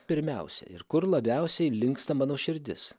pirmiausia ir kur labiausiai linksta mano širdis